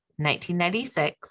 1996